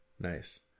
Nice